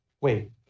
wait